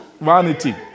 Vanity